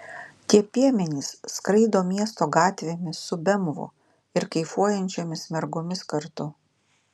tie piemenys skraido miesto gatvėmis su bemvu ir kaifuojančiomis mergomis kartu